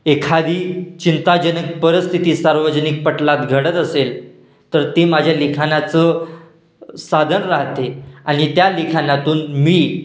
एखादी चिंताजनक परिस्थिती सार्वजनिक पटलात घडत असेल तर ते माझ्या लिखाणाचं साधन राहते आणि त्या लिखाणातून मी